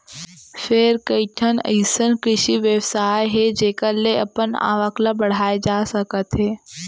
फेर कइठन अइसन कृषि बेवसाय हे जेखर ले अपन आवक ल बड़हाए जा सकत हे